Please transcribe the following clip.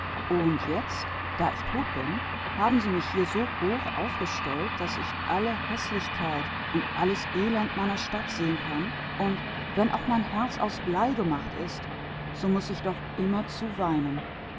und nun da ich tot bin haben sie mich hier hinaufgestellt so hoch daß ich alle häßlichkeit und alles elend meiner stadt sehen kann und wenn auch mein herz von blei ist kann ich nicht anders als weinen